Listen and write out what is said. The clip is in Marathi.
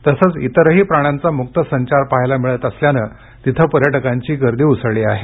तसेच इतरही प्राण्यांचा मुकसंचार पहावयास मिळत असल्यानं तिथे पर्यटकांची गर्दी उसळली आहे